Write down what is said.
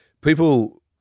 people